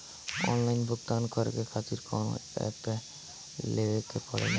Online भुगतान करके के खातिर कौनो ऐप लेवेके पड़ेला?